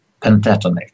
pentatonic